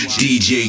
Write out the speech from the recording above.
dj